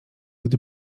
gdy